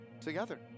together